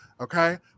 okay